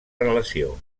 relació